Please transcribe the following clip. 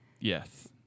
Yes